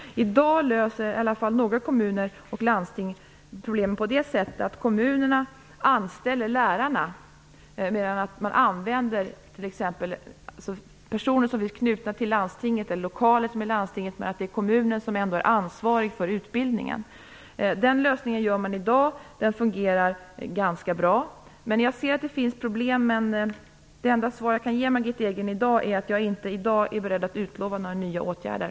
I dag löser några kommuner och landsting problemet på det sättet att kommunerna anställer lärarna genom att man använder t.ex. personer eller lokaler som är knutna till landstinget medan det är kommunerna som har ansvaret för utbildningen. Den lösningen används, och den fungerar ganska bra. Jag ser att det finns problem, men det enda svar som jag kan ge Margitta Edgren i dag är att jag inte är beredd att utlova några nya åtgärder.